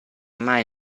mai